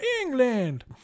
England